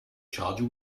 charger